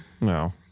No